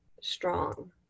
strong